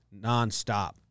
nonstop